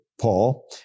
Paul